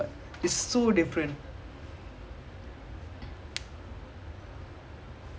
I mean last time the game also like some physical ah இருந்திச்சு இப்போ விட:irunthichu ippo vida compare பண்னும்போது:pannumpodhu